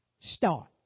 start